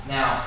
Now